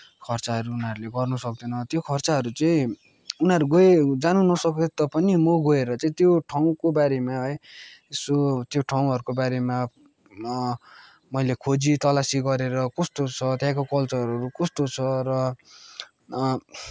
खर्चहरू उनीहरूले गर्न सक्दैन त्यो खर्चहरू चाहिँ उनीहरू गयो जानु नसके तापनि म गएर चाहिँ त्यो ठाउँको बारेमा है यसो त्यो ठाउँहरूको बारेमा मैले खोजी तलासी गरेर कस्तो छ त्यहाँको कल्चरहरू कस्तो छ र